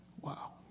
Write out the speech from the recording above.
Wow